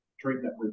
treatment